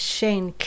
Shane